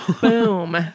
Boom